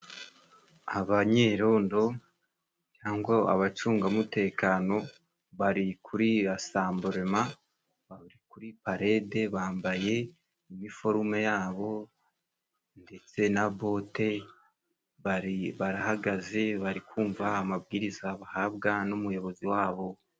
Abanyerondo cyangwa abacungamutekano bari kuri Rasamburema bari kuri Palede, bambaye iniforume yabo ndetse na bote. Barahagaze, bari kumvamva amabwiriza bahabwa n’umuyobozi wabo.